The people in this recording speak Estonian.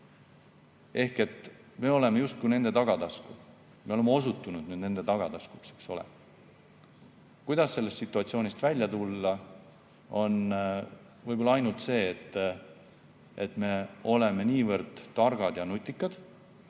1,5. Me oleme justkui nende tagatasku. Me oleme osutunud nüüd nende tagataskuks, eks ole. Kuidas sellest situatsioonist välja tulla? Võib-olla ainult nii, et me oleme niivõrd targad ja nutikad,